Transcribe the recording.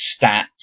stats